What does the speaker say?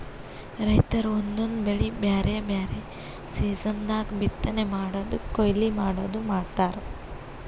ರೈತರ್ ಒಂದೊಂದ್ ಬೆಳಿ ಬ್ಯಾರೆ ಬ್ಯಾರೆ ಸೀಸನ್ ದಾಗ್ ಬಿತ್ತನೆ ಮಾಡದು ಕೊಯ್ಲಿ ಮಾಡದು ಮಾಡ್ತಾರ್